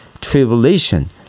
tribulation